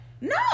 No